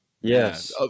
Yes